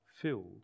filled